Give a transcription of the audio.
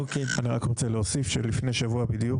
אני רק רוצה להוסיף שלפני שבוע בדיוק,